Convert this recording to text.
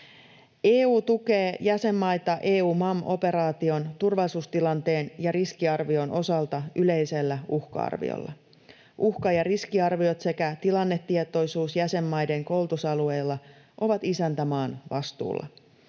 EU tukee jäsenmaita EUMAM-operaation turvallisuustilanteen ja riskiarvion osalta yleisellä uhka-arviolla. Uhka- ja riskiarviot sekä tilannetietoisuus jäsenmaiden koulutusalueilla ovat isäntämaan vastuulla.